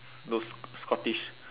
those scottish